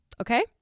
Okay